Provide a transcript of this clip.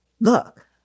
look